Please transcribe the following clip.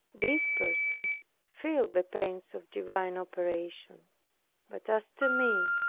these persons feel the pains of divine operations but as to me,